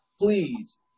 please